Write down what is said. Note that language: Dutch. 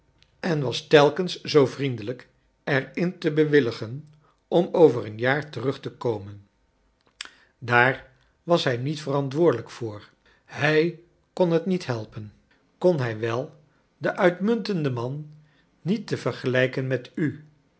en was telkens zoo vriendelijk er in te bewilligen om over een jaar terug te komen daar was hij niet verantwoordelijk voor hij kon t niet helpen kon hij wel de uitmuntende man niet te vergelijken met u